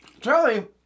Charlie